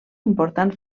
important